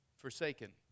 forsaken